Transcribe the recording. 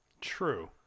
true